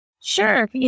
sure